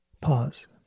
pause